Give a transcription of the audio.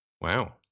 Wow